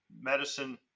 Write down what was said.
medicine